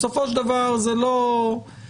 בסופו של דבר זה לא שהצדדים,